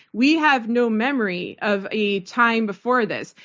we have no memory of a time before this.